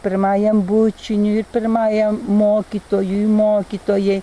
pirmajam bučiniui ir pirmajam mokytojui mokytojai